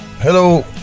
hello